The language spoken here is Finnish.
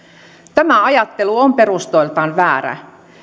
tämä ajattelu on perustoiltaan väärä